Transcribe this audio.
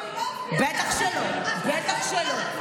אני לא אצביע, בטח שלא.